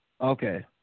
Okay